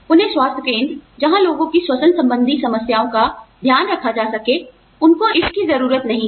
उन्हें स्वास्थ्य केंद्र जहां लोगों की श्वसन संबंधी समस्याओं का ध्यान रखा जा सके इसकी जरूरत नहीं है